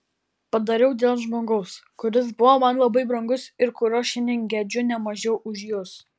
padariau dėl žmogaus kuris buvo man labai brangus ir kurio šiandien gedžiu ne mažiau už jus